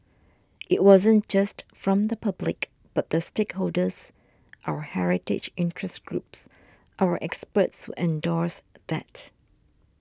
it wasn't just from the public but the stakeholders our heritage interest groups our experts endorsed that